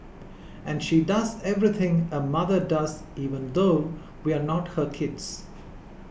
and she does everything a mother does even though we're not her kids